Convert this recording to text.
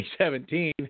2017